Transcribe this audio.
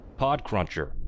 Podcruncher